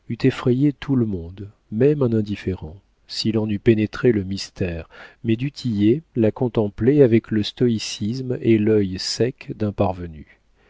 tout le monde même un indifférent s'il en eût pénétré le mystère mais du tillet la contemplait avec le stoïcisme et l'œil sec d'un parvenu